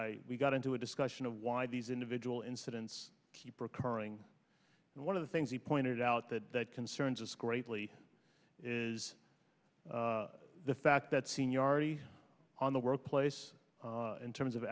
i we got into a discussion of why these individual incidents keep or occurring and one of the things he pointed out that that concerns us greatly is the fact that seniority on the workplace in terms of